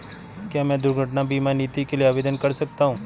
क्या मैं दुर्घटना बीमा नीति के लिए आवेदन कर सकता हूँ?